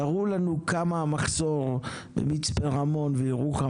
תראו לנו כמה המחסור מצפה רמון וירוחם